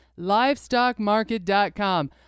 LivestockMarket.com